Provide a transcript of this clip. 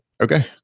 okay